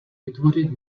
vytvořit